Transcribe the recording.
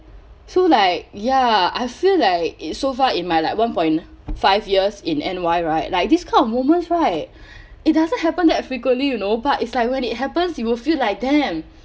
so like ya I feel like it so far in my like one point five years in N_Y right like this kind of moments right it doesn't happen that frequently you know but it's like when it happens you will feel like damn